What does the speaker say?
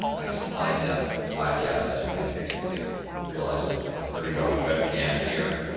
ah nice high def podcast. kind of makes me yeah realize that with my thirty dollars webcam here and.